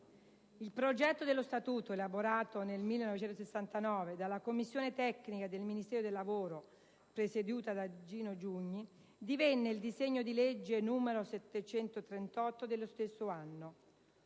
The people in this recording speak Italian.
Il progetto dello Statuto, elaborato nel 1969 dalla commissione tecnica del Ministero del lavoro presieduta da Gino Giugni, divenne il disegno di legge n. 738 dello stesso anno.